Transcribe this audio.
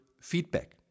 feedback